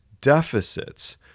deficits